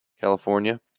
California